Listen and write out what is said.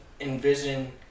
envision